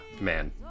man